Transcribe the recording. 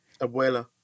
Abuela